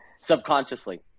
subconsciously